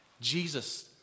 Jesus